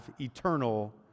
eternal